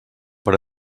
per